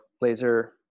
laser